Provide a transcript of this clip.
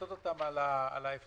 לפצות אותם על ההפסדים,